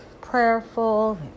prayerful